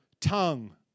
tongue